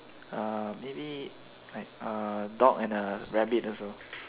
uh maybe like a dog and rabbit also